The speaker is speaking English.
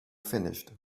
finished